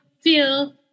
feel